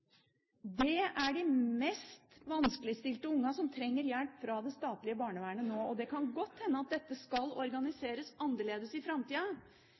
Det er de mest vanskeligstilte ungene som trenger hjelp fra det statlige barnevernet nå, og det kan godt hende at dette skal organiseres annerledes i framtida.